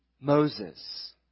Moses